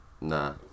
nah